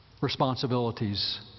responsibilities